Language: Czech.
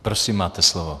Prosím, máte slovo.